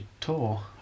tour